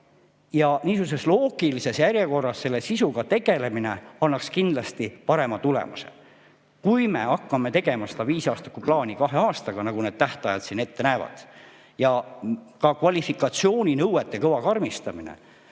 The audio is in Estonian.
Niisuguses loogilises järjekorras selle sisuga tegelemine annaks kindlasti parema tulemuse. Kui me hakkame täitma seda viisaastakuplaani kahe aastaga, nagu need tähtajad siin ette näevad, ja tuleb ka kvalifikatsiooninõuete kõva karmistamine,